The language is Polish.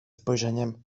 spojrzeniem